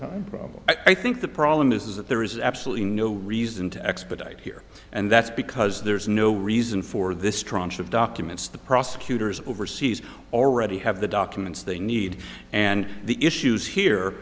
time problem i think the problem is that there is absolutely no reason to expedite here and that's because there's no reason for this tranche of documents the prosecutors overseas already have the documents they need and the issues here